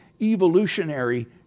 evolutionary